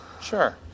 Sure